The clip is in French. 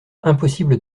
impossible